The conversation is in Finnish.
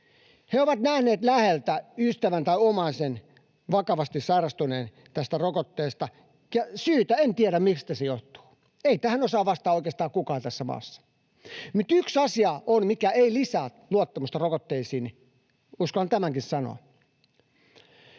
He ovat nähneet läheltä ystävän tai omaisen vakavasti sairastuneen rokotteesta. Syytä en tiedä, mistä se johtuu. Ei tähän osaa vastata oikeastaan kukaan tässä maassa. Mutta yksi asia on, mikä ei lisää luottamusta rokotteisiin. Uskallan tämänkin sanoa.